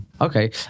Okay